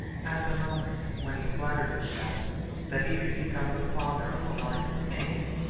at the moment when he flattered himself that he should become the father of a line of kings,